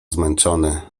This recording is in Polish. zmęczony